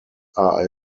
are